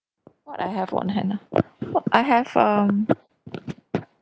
what I have one hand ah what I have um